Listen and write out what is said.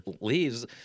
leaves